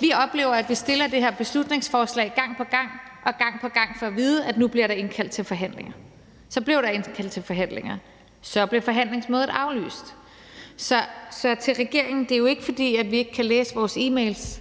vi gang på gang fremsætter det her beslutningsforslag og gang på gang får at vide, at nu bliver der indkaldt til forhandlinger – så bliver der indkaldt til forhandlinger, og så bliver forhandlingsmødet aflyst. Så til regeringen vil jeg sige: Det er ikke, fordi vi ikke kan læse vores e-mails;